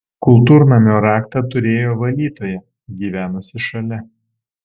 kultūrnamio raktą turėjo valytoja gyvenusi šalia